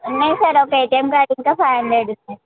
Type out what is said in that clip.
ఉన్నాయి సార్ ఒక ATM card ఇంకా ఫైవ్ హండ్రెడ్ ఉన్నాయి సార్